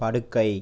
படுக்கை